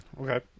Okay